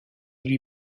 lui